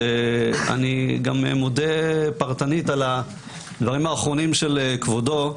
ואני גם מודה פרטנית על הדברים האחרונים של כבודו,